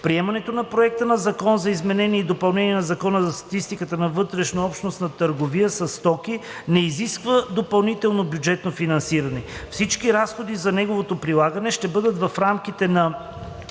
Приемането на Проекта на Закон за изменение и допълнение на Закона за статистика на вътрешнообщностната търговия със стоки не изисква допълнително бюджетно финансиране. Всички разходи за неговото прилагане ще бъдат в рамките на